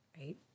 right